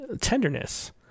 Tenderness